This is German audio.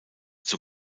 zur